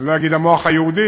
אני לא אגיד המוח היהודי,